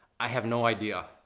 i have no idea.